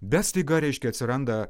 bet staiga reiškia atsiranda